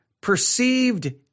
perceived